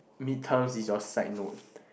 mid terms is your side note